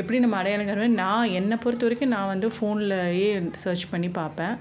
எப்படி நம்ம அடையாளம் காணுவேன் நான் என்ன பொருத்தவரைக்கும் நான் வந்து ஃபோனில் ஏஐ ஸர்ச் பண்ணி பார்ப்பேன்